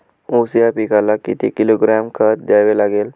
ऊस या पिकाला किती किलोग्रॅम खत द्यावे लागेल?